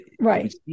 Right